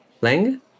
Lang